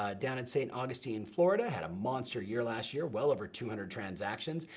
ah down in st. augustine, florida, had a monster year last year, well over two hundred transactions,